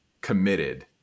committed